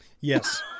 Yes